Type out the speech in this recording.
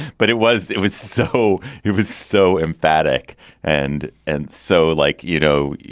but it was it was so he was so emphatic and and so like, you know,